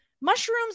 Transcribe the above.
Mushrooms